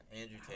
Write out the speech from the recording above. Andrew